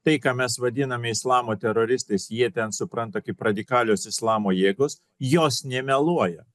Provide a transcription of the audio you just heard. tai ką mes vadiname islamo teroristais jie ten supranta kaip radikalios islamo jėgos jos nemeluoja